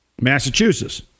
Massachusetts